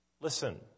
Listen